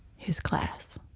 his class